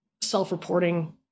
self-reporting